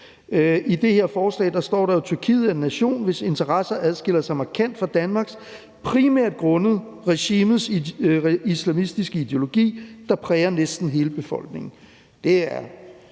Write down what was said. I det her forslag står der jo: »Tyrkiet er en nation, hvis interesser adskiller sig markant fra Danmarks, primært grundet regimets islamiske ideologi, der præger næsten hele befolkningen.« Det er